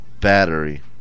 battery